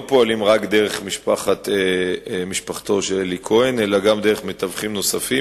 לא פועלים רק דרך משפחתו של אלי כהן אלא גם דרך מתווכים נוספים.